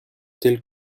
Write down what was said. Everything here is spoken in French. telles